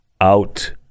out